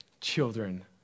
children